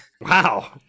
Wow